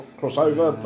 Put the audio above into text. crossover